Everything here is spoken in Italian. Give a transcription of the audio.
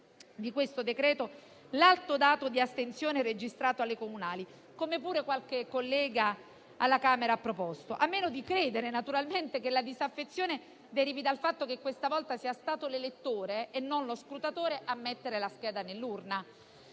del decreto l'alto dato di attenzione registrato alle comunali - come pure qualche collega alla Camera ha proposto - a meno di credere naturalmente che la disaffezione derivi dal fatto che questa volta sia stato l'elettore e non lo scrutatore a mettere la scheda nell'urna.